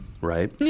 right